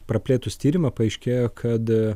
praplėtus tyrimą paaiškėjo kad